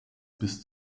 bis